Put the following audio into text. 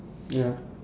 ya